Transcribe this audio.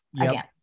again